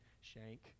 shank